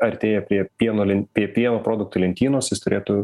artėja prie pieno prie pieno produktų lentynos jis turėtų